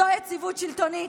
זו יציבות שלטונית?